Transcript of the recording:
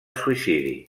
suïcidi